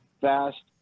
fast